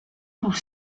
tous